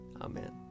Amen